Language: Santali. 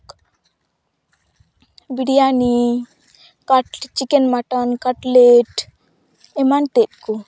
ᱵᱨᱤᱭᱟᱱᱤ ᱠᱟᱴ ᱪᱤᱠᱮᱱ ᱢᱚᱴᱚᱱ ᱠᱟᱴᱞᱮᱴ ᱮᱢᱟᱱᱛᱮᱫ ᱠᱚ